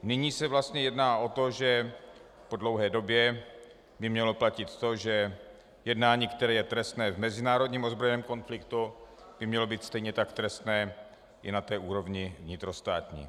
Nyní se vlastně jedná o to, že po dlouhé době by mělo platit to, že jednání, které je trestné v mezinárodním ozbrojeném konfliktu, by mělo být stejně tak trestné i na úrovni vnitrostátní.